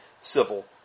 civil